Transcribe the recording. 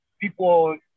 people